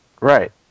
Right